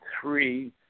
three